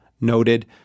noted